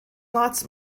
lots